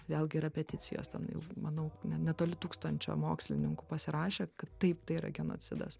vėlgi yra peticijos ten jau manau ne netoli tūkstančio mokslininkų pasirašė kad taip tai yra genocidas